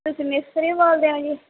ਤੁਸੀਂ ਮਿਸਤਰੀ ਬੋਲਦੇ ਹੋ ਜੀ